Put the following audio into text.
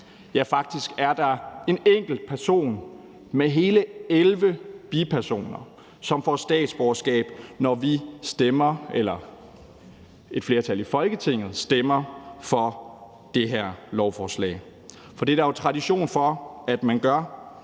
Ja, faktisk er der en enkelt person med hele 11 bipersoner, som får statsborgerskab, når et flertal i Folketinget stemmer for det her lovforslag. For det er der jo tradition for at man gør